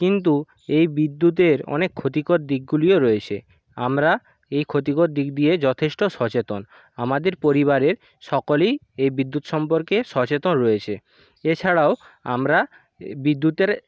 কিন্তু এই বিদ্যুতের অনেক ক্ষতিকর দিকগুলিও রয়েছে আমরা এই ক্ষতিকর দিক দিয়ে যথেষ্ট সচেতন আমাদের পরিবারের সকলেই এ বিদ্যুৎ সম্পর্কে সচেতন রয়েছে এছাড়াও আমরা বিদ্যুতের